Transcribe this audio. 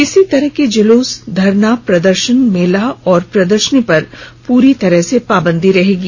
किसी तरह के जुलूस धरना प्रदर्शन मेला और प्रदर्शनी पर पूरी तरह से पावंदी रहेगी